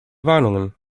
warnungen